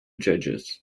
judges